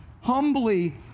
humbly